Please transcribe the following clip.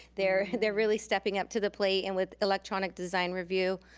they're they're really stepping up to the plate, and with electronic design review,